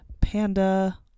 panda